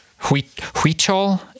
Huichol